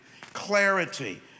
clarity